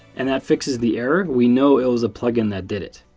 and that fixes the error, we know it was a plugin that did it.